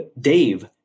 Dave